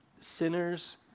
sinners